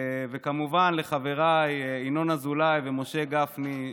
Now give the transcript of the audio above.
וכמובן לחבריי ינון אזולאי ומשה גפני,